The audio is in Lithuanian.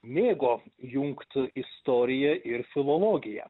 mėgo jungt istoriją ir filologiją